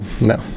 No